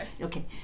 Okay